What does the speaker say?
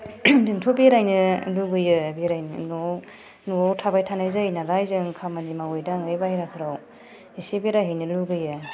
जोंथ' बेरायनो लुगैयो बेरायनो न'आव न'आव थाबाय थानाय जायो नालाय जों खामानि मावै दाङै बाहेराफोराव एसे बेरायहैनो लुगैयो